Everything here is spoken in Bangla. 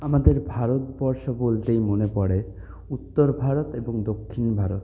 আমাদের ভারতবর্ষ বলতেই মনে পড়ে উত্তর ভারত এবং দক্ষিণ ভারত